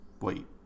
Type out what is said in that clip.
Wait